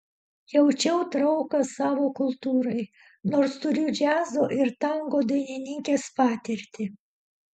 jaučiau trauką savo kultūrai nors turiu džiazo ir tango dainininkės patirtį